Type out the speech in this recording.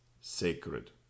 sacred